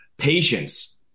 patience